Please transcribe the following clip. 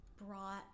brought